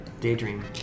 Daydream